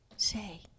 say